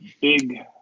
big